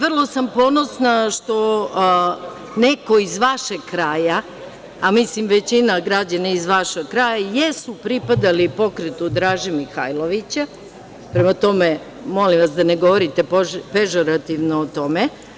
Vrlo sam ponosna što neko iz vašeg kraja, a mislim većina građana iz vašeg kraja, jesu pripadali pokretu Draže Mihajlovića, prema tome, molim vas da ne govorite pežorativno o tome.